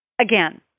again